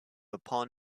upon